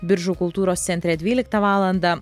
biržų kultūros centre dvyliktą valandą